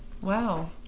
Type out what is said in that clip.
Wow